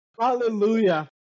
hallelujah